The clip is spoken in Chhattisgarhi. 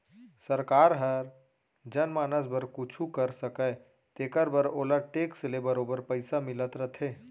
सरकार हर जनमानस बर कुछु कर सकय तेकर बर ओला टेक्स ले बरोबर पइसा मिलत रथे